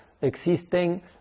existen